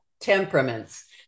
temperaments